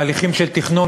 בהליכים של תכנון,